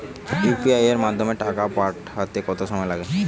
UPI এর মাধ্যমে টাকা পাঠাতে কত সময় লাগে?